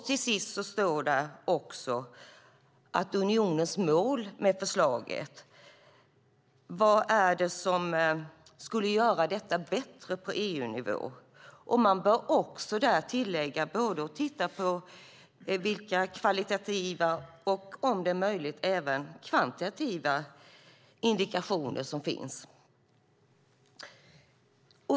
Till sist står där om unionens mål med förslaget, alltså vad det är som skulle göra detta bättre på EU-nivå. Där bör man också tillägga att titta på vilka kvalitativa indikationer och, om det är möjligt, även vilka kvantitativa indikationer som finns.